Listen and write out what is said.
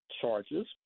charges